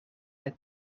het